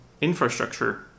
infrastructure